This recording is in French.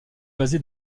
basé